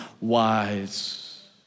wise